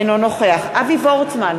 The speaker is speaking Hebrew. אינו נוכח אבי וורצמן,